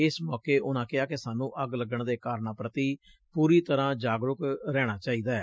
ਇਸ ਮੌਕੇ ਉਨ੍ਹਾਂ ਕਿਹਾ ਕਿ ਸਾਨੂੰ ੱੱਗ ਲੱਗਣ ਦੇ ਕਾਰਨਾਂ ਪ੍ਰਤੀ ਪੂਰੀ ਤਰ੍ਹਾਂ ਜਾਗਰੂਕ ਰਹਿਣਾ ਚਾਹੀਦੈ